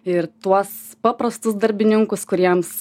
ir tuos paprastus darbininkus kuriems